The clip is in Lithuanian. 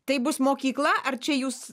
tai bus mokykla ar čia jūs